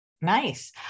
Nice